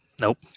Nope